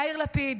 יאיר לפיד,